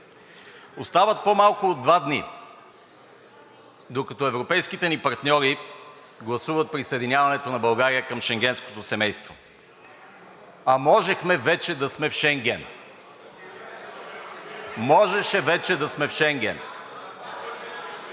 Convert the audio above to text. Остават по-малко от два дни, докато европейските ни партньори гласуват присъединяването на България към шенгенското семейство, а можехме вече да сме в Шенген. Можеше вече да сме Шенген!